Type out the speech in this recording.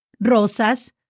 rosas